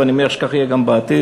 ואני מניח שכך יהיה גם בעתיד,